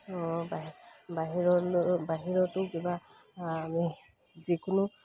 বাহিৰলৈ বাহিৰতো কিবা আমি যিকোনো